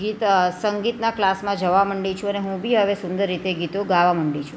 ગીત સંગીતના ક્લાસમાં જવા માંડી છું અને હું બી હવે સુંદર રીતે ગીતો ગાવા માંડી છું